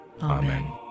Amen